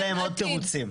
תני להם עוד תירוצים.